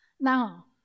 Now